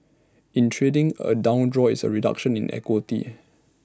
in trading A down draw is A reduction in equity